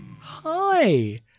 Hi